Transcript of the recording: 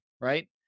right